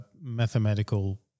mathematical